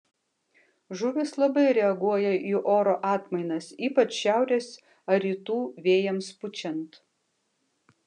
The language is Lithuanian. žuvys labai reaguoja į oro atmainas ypač šiaurės ar rytų vėjams pučiant